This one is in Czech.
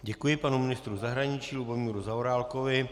Děkuji panu ministru zahraničí Lubomíru Zaorálkovi.